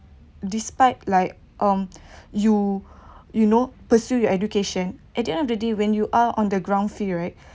despite like um you you know pursue your education at the end of the day when you are on the ground field right